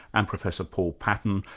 and professor paul patton,